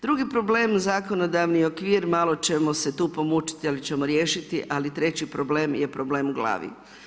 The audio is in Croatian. Drugi problem zakonodavni okvir, malo ćemo se tu pomučiti ali ćemo riješiti ali treći problem je problem u glavi.